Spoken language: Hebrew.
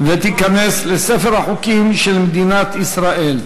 ותיכנס לספר החוקים של מדינת ישראל.